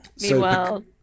Meanwhile